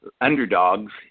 underdogs